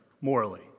morally